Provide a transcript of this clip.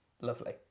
Lovely